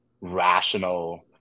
rational